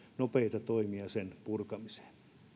nopeita toimia sen purkamiseen